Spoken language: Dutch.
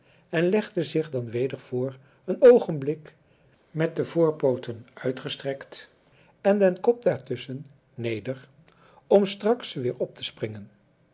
en legde zich dan weder voor een oogenblik met de voorpooten uitgestrekt en den kop daartusschen neder om straks weer op te springen